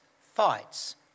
fights